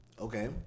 okay